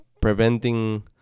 preventing